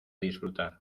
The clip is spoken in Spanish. disfrutar